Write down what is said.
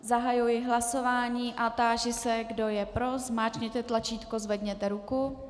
Zahajuji hlasování a táži se, kdo je pro, zmáčkněte tlačítko, zvedněte ruku.